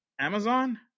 Amazon